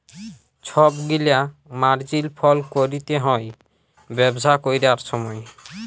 ছব গিলা মার্জিল ফল ক্যরতে হ্যয় ব্যবসা ক্যরার সময়